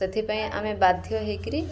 ସେଥିପାଇଁ ଆମେ ବାଧ୍ୟ ହେଇକିରି